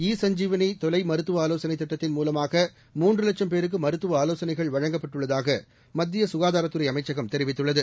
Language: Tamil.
இ சஞ்சவனி தொலை மருத்துவ ஆலோசனைத் திட்டத்தின் மூலமாக மூன்று லட்சும் பேருக்கு மருத்துவ ஆலோசனைகள் வழங்கப்பட்டுள்ளதாக மத்திய சுகாதாரத்துறை அமைச்சகம் தெரிவித்துள்ளது